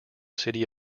city